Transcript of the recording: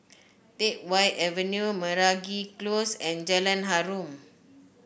Teck Whye Avenue Meragi Close and Jalan Harum